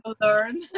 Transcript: learn